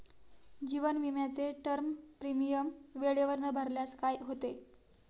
जीवन विमाचे term premium वेळेवर न भरल्यास काय होते?